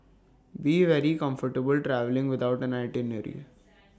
be very comfortable travelling without an itinerary